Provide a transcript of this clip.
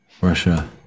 Russia